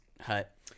Hut